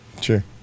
Sure